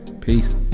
Peace